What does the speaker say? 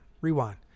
Rewind